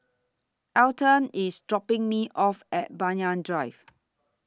Alton IS dropping Me off At Banyan Drive